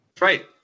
right